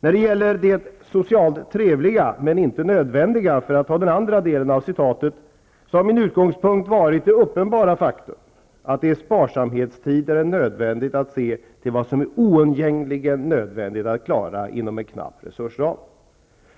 När det gäller det socialt trevliga men inte nödvändiga -- för att ta den andra delen av citatet -- har min utgångspunkt varit det uppenbara faktum att det i sparsamhetstider är nödvändigt att se till vad som är oundgängligen nödvändigt att klara inom en knapp resursram.